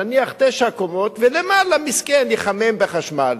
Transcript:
נניח, תשע קומות ולמעלה, מסכן, יחמם בחשמל.